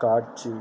காட்சி